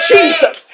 Jesus